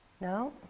No